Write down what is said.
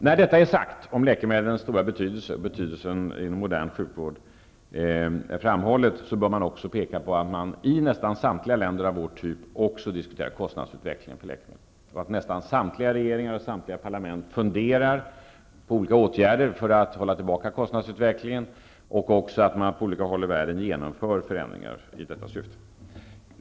När detta är sagt om läkemedlens stora betydelse och betydelsen inom modern sjukvård, bör det också påpekas att man i nästa samtliga länder av Sveriges typ också diskuterar kostnadsutvecklingen för läkemedel, att nästan samtliga regeringar och parlament funderar över olika åtgärder för att hålla tillbaka kostnadsutvecklingen och att man på olika håll i världen genomför förändringar i detta syfte.